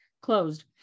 closed